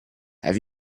have